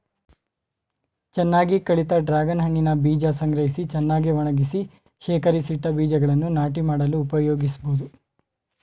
ಚೆನ್ನಾಗಿ ಕಳಿತ ಡ್ರಾಗನ್ ಹಣ್ಣಿನ ಬೀಜ ಸಂಗ್ರಹಿಸಿ ಚೆನ್ನಾಗಿ ಒಣಗಿಸಿ ಶೇಖರಿಸಿಟ್ಟ ಬೀಜಗಳನ್ನು ನಾಟಿ ಮಾಡಲು ಉಪಯೋಗಿಸ್ಬೋದು